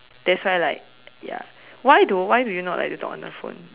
that's why like ya why though why do you not like to talk on the phone